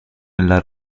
nella